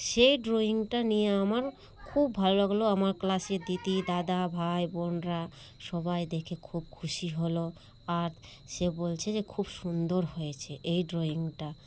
সেই ড্রয়িংটা নিয়ে আমার খুব ভালো লাগলো আমার ক্লাসের দিদি দাদা ভাই বোনরা সবাই দেখে খুব খুশি হলো আর সে বলছে যে খুব সুন্দর হয়েছে এই ড্রয়িংটা